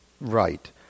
Right